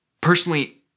Personally